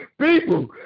People